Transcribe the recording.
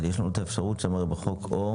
אבל יש לנו גם אפשרות לכתוב שזאת תהיה